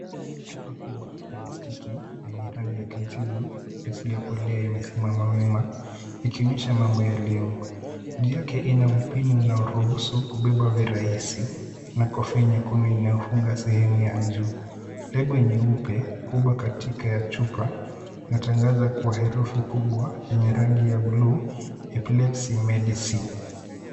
Chupa kubwa ya plastiki yenye rangi ya kijivu isiyokolea imesimama wima, ikionyesha mambo yaliyomo, juu yake ina mpini unaoruhusu kubeba virahisi na kofia nyeusi inayofunga sehemu ya juu. Lebo nyeupe kubwa katika chupa inatangaza kwa herufi kubwa yenye rangi ya bluu epilepsis medicine .